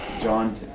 John